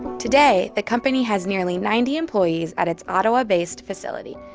today, the company has nearly ninety employees at its ottawa-based facility.